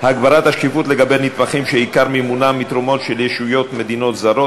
(הגברת השקיפות לגבי נתמכים שעיקר מימונם מתרומות של ישויות מדיניות זרות),